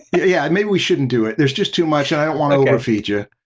yeah, maybe we shouldn't do it. there's just too much and i don't want to over feed you.